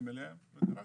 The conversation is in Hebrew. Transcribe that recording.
לוקחים לכתובות.